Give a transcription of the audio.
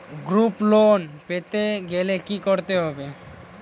Group loan পেতে গেলে কি করতে হবে?